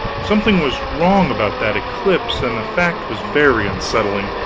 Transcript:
something was wrong about that eclipse, and the fact was very unsettling.